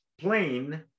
plain